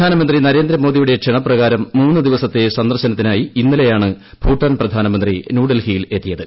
പ്രധാനമന്ത്രി നരേന്ദ്രമോദിയുടെ ക്ഷണപ്രകാരം മൂന്ന് ദിവസത്തെ സന്ദർശനത്തിനായി ഇന്നലെയാണ് ഭൂട്ടാൻ പ്രധാനമന്ത്രി ന്യൂഡൽഹിയിൽ എത്തിയത്